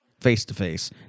face-to-face